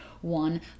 one